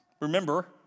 Remember